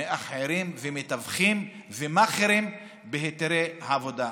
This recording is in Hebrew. מאכערים ומתווכים ומאכערים בהיתרי העבודה.